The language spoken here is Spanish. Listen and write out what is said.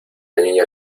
niña